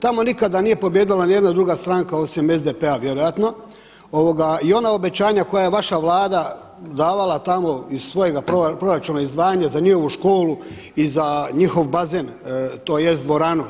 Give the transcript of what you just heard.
Tamo nikada nije pobijedila nijedna druga stranka osim SDP-a vjerojatno i ona obećanja koja je vaša Vlada davalo tamo iz svojega proračuna, izdvajanje za njihovu školu i za njihov bazen, tj. dvoranu.